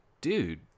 dude